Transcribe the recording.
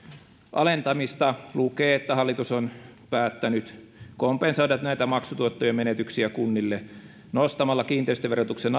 alentamista lukee että hallitus on päättänyt kompensoida näitä maksutuottojen menetyksiä kunnille nostamalla kiinteistöverotuksen